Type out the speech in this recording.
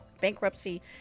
bankruptcy